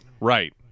right